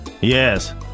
Yes